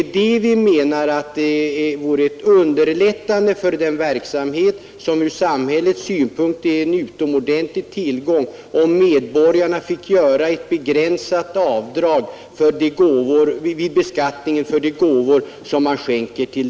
Vi däremot anser att samhällsnyttig verksamhet som är en utomordentlig tillgång för samhället skulle underlättas om medborgarna fick göra ett avdrag vid beskattningen för de gåvor de skänker.